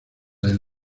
del